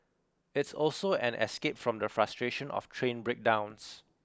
it's also an escape from the frustration of train breakdowns